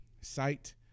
Sight